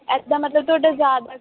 ਇੱਦਾਂ ਮਤਲਬ ਤੁਹਾਡਾ ਜ਼ਿਆਦਾ